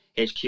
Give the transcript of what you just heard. HQ